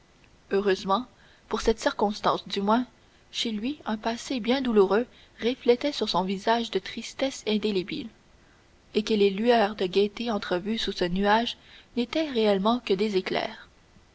heureusement pour cette circonstance du moins que chez lui un passé bien douloureux reflétait sur son visage une tristesse indélébile et que les lueurs de gaieté entrevues sous ce nuage n'étaient réellement que des éclairs